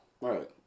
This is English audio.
Right